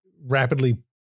rapidly